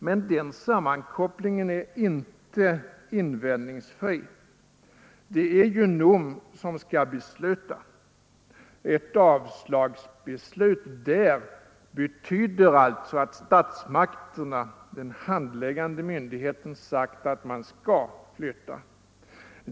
Men den sammankopplingen är inte invändningsfri. Det är ju NOM som skall besluta. Ett avslagsbeslut där betyder alltså att statsmakterna — den handläggande myndigheten — sagt att man skall flytta.